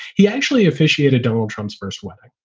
he actually officiated donald trump's first wedding.